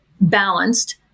balanced